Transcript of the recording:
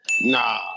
Nah